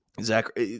Zach